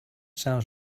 sounds